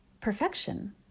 perfection